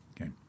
Okay